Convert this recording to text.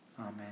amen